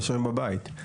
נשארים בבית.